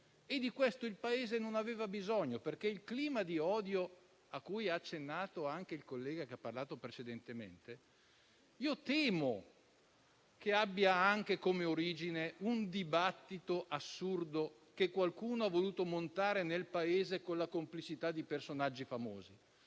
Di questo il Paese non aveva bisogno, perché il clima di odio - a cui ha accennato anche il collega che ha parlato precedentemente - temo che abbia anche come origine un dibattito assurdo che qualcuno ha voluto montare nel Paese, con la complicità di personaggi famosi.